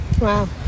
Wow